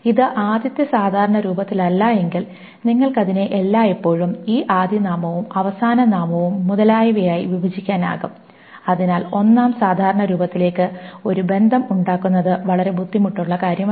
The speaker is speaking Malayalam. ഇത് ആദ്യത്തെ സാധാരണ രൂപത്തിലല്ലെങ്കിൽ നിങ്ങൾക്ക് അതിനെ എല്ലായ്പ്പോഴും ഈ ആദ്യനാമവും അവസാന നാമവും മുതലായവയായി വിഭജിക്കാനാകും അതിനാൽ 1 ആം സാധാരണ രൂപത്തിലേക്ക് ഒരു ബന്ധം ഉണ്ടാക്കുന്നത് വളരെ ബുദ്ധിമുട്ടുള്ള കാര്യമല്ല